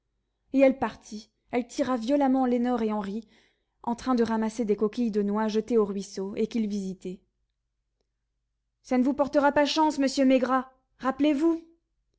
et elle partit elle tira violemment lénore et henri en train de ramasser des coquilles de noix jetées au ruisseau et qu'ils visitaient ça ne vous portera pas chance monsieur maigrat rappelez-vous